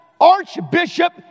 Archbishop